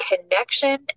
connection